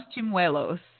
chimuelos